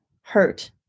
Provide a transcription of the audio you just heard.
hurt